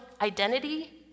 identity